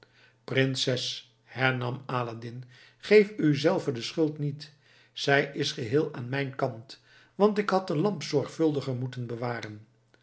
prinses hernam aladdin geef uzelve de schuld niet zij is geheel aan mijn kant want ik had de lamp zorgvuldiger moeten bewaren